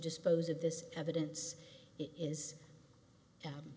dispose of this evidence is